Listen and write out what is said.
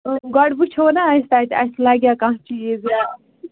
گۄڈٕ وُچھَو نا أسۍ تَتہِ اَسہِ لَگیٛاہ کانٛہہ چیٖز یا